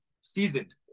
seasoned